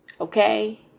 okay